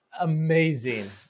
Amazing